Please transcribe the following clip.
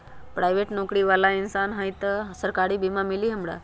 Private नौकरी बाला इंसान हई त हमरा सरकारी बीमा मिली हमरा?